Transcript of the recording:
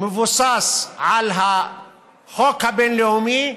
מבוסס על החוק הבין-לאומי,